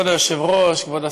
כבוד היושב-ראש, כבוד השר,